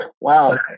Wow